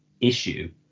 issue